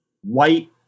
white